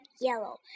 yellow